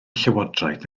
llywodraeth